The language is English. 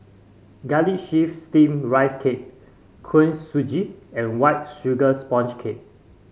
Garlic Chives Steamed Rice Cake Kuih Suji and White Sugar Sponge Cake